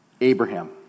Abraham